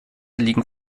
liegen